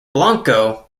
blanco